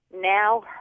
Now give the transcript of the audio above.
now